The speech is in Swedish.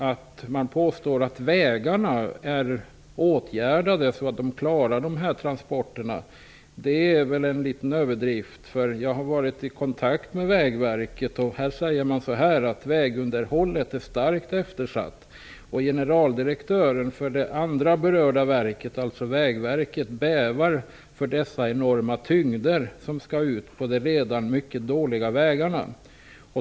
Att påstå att vägarna är åtgärdade så att de klarar dessa transporter är allt att överdriva litet. Jag har varit i kontakt med det andra berörda verket; Vägverket där man menar att vägunderhållet är starkt eftersatt. Generaldirektören bävar för när dessa enorma tyngder skall ut på de redan mycket dåliga vägarna.